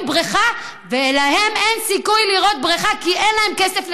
בריכה ולהם אין סיכוי לראות בריכה כי אין להם כסף לקייטנה?